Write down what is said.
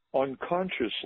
unconsciously